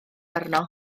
arno